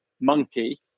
monkey